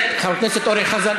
חבר הכנסת אורן חזן,